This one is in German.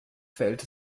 verhält